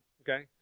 okay